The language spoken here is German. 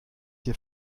hier